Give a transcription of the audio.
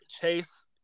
Chase